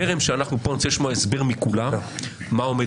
טרם שאנחנו פה אני רוצה לשמוע הסבר מכולם מה עומד